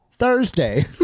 Thursday